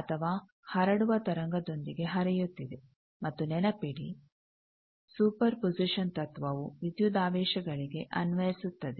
ಅಥವಾ ಹರಡುವ ತರಂಗದೊಂದಿಗೆ ಹರಿಯುತ್ತಿದೆ ಮತ್ತು ನೆನಪಿಡಿ ಸೂಪರ್ ಪೊಜಿಷನ್ ತತ್ವವು ವಿದ್ಯುದಾವೇಶಗಳಿಗೆ ಅನ್ವಯಿಸುತ್ತದೆ